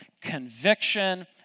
conviction